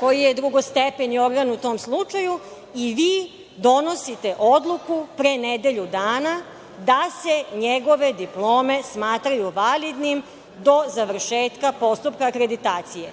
koji je drugostepeni organ u tom slučaju i vi donosite odluku pre nedelju dana da se njegove diplome smatraju validnim do završetka postupka akreditacije.